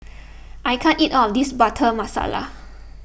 I can't eat all of this Butter Masala